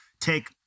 take